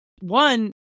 one